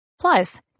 Plus